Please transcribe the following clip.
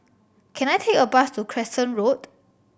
can I take a bus to Crescent Road